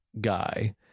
guy